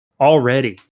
already